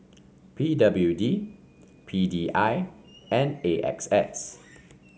P W D P D I and A X S